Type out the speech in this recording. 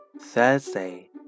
Thursday